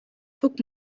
guck